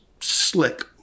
slick